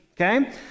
okay